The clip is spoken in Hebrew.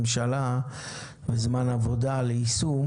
ממשלה וזמן עבודה ליישום